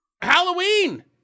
Halloween